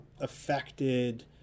affected